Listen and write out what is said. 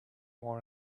more